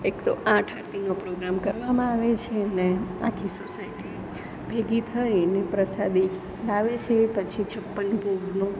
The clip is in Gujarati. એકસો આઠ આરતીનો પ્રોગ્રામ કરવામાં આવે છે અને આખી સોસાયટી ભેગી થઈને પ્રસાદી લાવે છે પછી છપ્પન ભોગનો